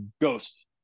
Ghosts